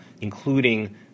including